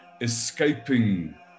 escaping